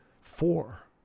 four